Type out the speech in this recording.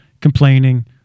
complaining